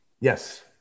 yes